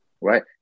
right